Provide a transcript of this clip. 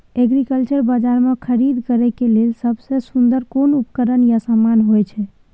Agriculture बाजार में खरीद करे के लेल सबसे सुन्दर कोन उपकरण या समान होय छै?